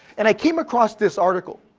and i came across this article.